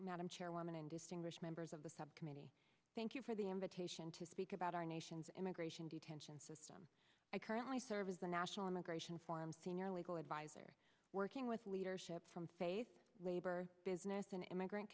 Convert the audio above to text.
madam chairwoman and distinguished members of the subcommittee thank you for the invitation to speak about our nation's immigration detention system i currently serve as the national immigration forum senior legal advisor working with leadership from face labor business and immigrant